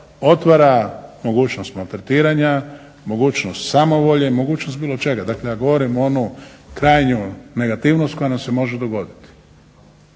otvara mogućnost maltretiranja, mogućnost samovolje, mogućnost bilo čega. Dakle, ja govorim onu krajnju negativnost koja nam se može dogoditi.